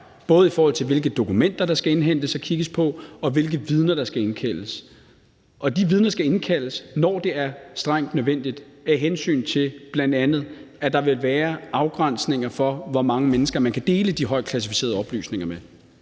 både i forhold til hvilke dokumenter der skal indhentes og kigges på, og hvilke vidner der skal indkaldes. Og de vidner skal indkaldes, når det er strengt nødvendigt, bl.a. af hensyn til at der vil være afgrænsninger for, hvor mange mennesker man kan dele de højt klassificerede oplysninger med.